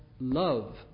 love